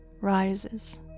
rises